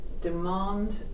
demand